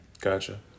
Gotcha